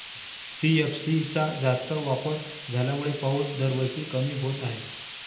CFC चा जास्त वापर झाल्यामुळे पाऊस दरवर्षी कमी होत आहे